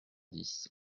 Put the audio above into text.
dix